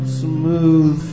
smooth